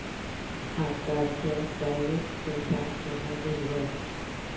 खाता से डायरेक्ट पैसा केना भेजबै?